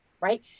right